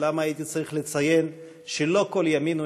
ולמה הייתי צריך לציין שלא כל ימין הוא